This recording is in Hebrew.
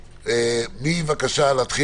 בבקשה, נתחיל